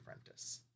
Apprentice